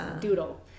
doodle